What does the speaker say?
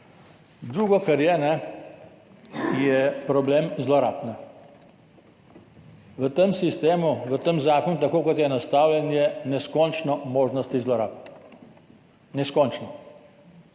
Drugo je problem zlorab. V tem sistemu, v tem zakonu, tako kot je nastavljen, je neskončno možnosti zlorab. Neskončno.